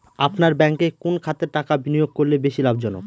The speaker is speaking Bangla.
আপনার ব্যাংকে কোন খাতে টাকা বিনিয়োগ করলে বেশি লাভজনক?